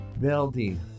building